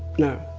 no,